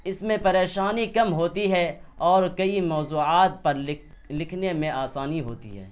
اس میں پریشانی کم ہوتی ہے اور کئی موضوعات پر لکھنے میں آسانی ہوتی ہے